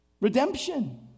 redemption